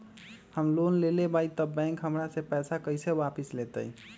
हम लोन लेलेबाई तब बैंक हमरा से पैसा कइसे वापिस लेतई?